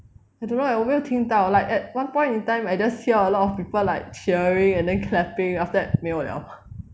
I don't know leh 我没有听到 like at one point in time I just hear a lot of people like cheering and then clapping after that 没有 liao